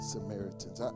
Samaritans